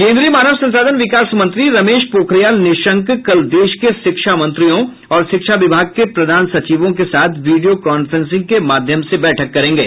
केन्द्रीय मानव संसाधन विकास मंत्री रमेश पोखरियाल निशंक कल देश के शिक्षा मंत्रियों और शिक्षा विभाग के प्रधान सचिवों के साथ वीडियो कांफ्रेंसिंग के माध्यम से बैठक करेंगे